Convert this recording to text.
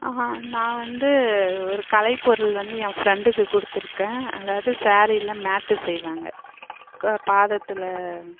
ஆஹான் நான் வந்து ஒரு கலை பொருள் வந்து என் ஃபிரெண்டுக்கு கொடுத்திருக்கேன் அதாவது சாரீயில் மேட்டு செய்வாங்க பாதத்தில்